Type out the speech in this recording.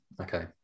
okay